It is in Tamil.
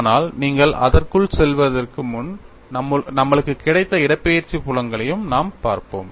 ஆனால் நீங்கள் அதற்குள் செல்வதற்கு முன் நம்மளுக்கு கிடைத்த இடப்பெயர்ச்சி புலங்களையும் நாம் பார்ப்போம்